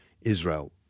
Israel